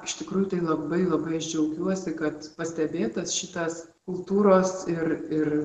iš tikrųjų tai labai labai aš džiaugiuosi kad pastebėtas šitas kultūros ir ir